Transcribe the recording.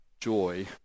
joy